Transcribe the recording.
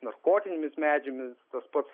narkotinėmis medžiagomis tas pats